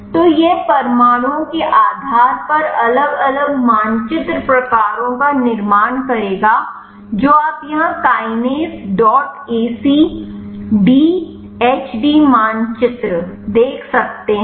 तो यह परमाणुओं के आधार पर अलग अलग मानचित्र प्रकारों का निर्माण करेगा जो आप यहाँ काइनेज dot AC de HD मानचित्र देख सकते हैं